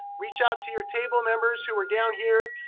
reach out to your table members who are down here,